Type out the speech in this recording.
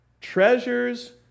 Treasures